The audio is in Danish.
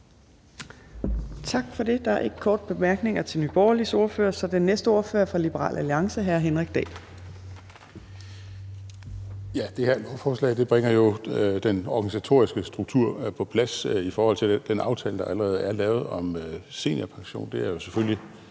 Tak for det. Der er ikke korte bemærkninger til Nye Borgerliges ordfører. Så den næste ordfører er fra Liberal Alliance hr. Henrik Dahl. Kl. 13:53 (Ordfører) Henrik Dahl (LA): Det her lovforslag bringer jo den organisatoriske struktur på plads i forhold til den aftale, der allerede er lavet om seniorpension, og det er selvfølgelig